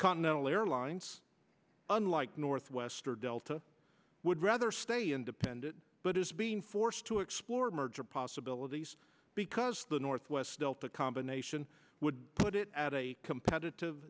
continental airlines unlike northwest or delta would rather stay independent but is being forced to explore merger possibilities because the northwest delta combination would put it at a competitive